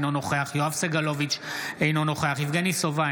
אינו נוכח יואב סגלוביץ' אינו נוכח יבגני סובה,